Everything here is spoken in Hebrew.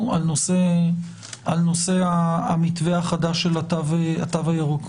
על נושא המתווה החדש של התו הירוק.